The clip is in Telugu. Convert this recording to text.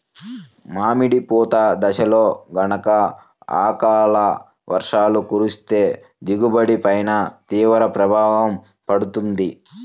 మామిడి పూత దశలో గనక అకాల వర్షాలు కురిస్తే దిగుబడి పైన తీవ్ర ప్రభావం పడుతుంది